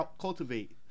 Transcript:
cultivate